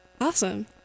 Awesome